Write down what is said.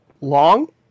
long